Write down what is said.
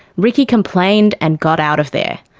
ricky complained and got out of there.